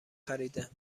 خریده